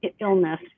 Illness